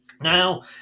Now